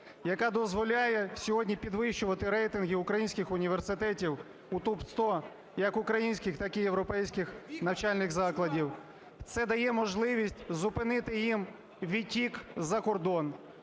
яка дозволяє сьогодні підвищувати рейтинги українських університетів у ТОП-100 як українських, так і європейських навчальних закладів. Це дає можливість зупинити їм відтік за кордон,